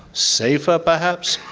safer perhaps,